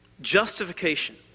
justification